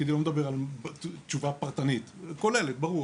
זה ברור.